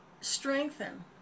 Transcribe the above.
strengthen